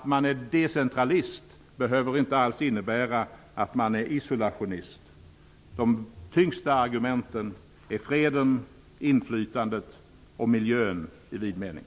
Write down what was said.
Att man är decentralist behöver inte alls innebära att man är isolationist. De tyngsta argumenten är freden, inflytandet och miljön i vid mening.